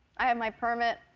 i have my permit.